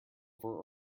silver